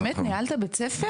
באמת, ניהלת בית ספר?